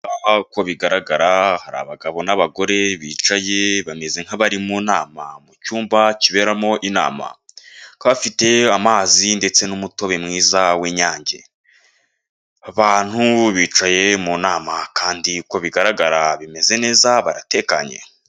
Aha uko bigaragara, hari abagabo n'abagore bicaye bameze nk'abari mu nama mu cyumba kiberamo inama. Bakaba bafite amazi ndetse n'umutobe mwiza w'Inyange. Abantu bicaye mu nama kandi uko bigaragara bimeze neza baratekanye.